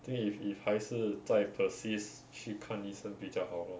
I think if if 还是在 persist 去看医生比较好 lor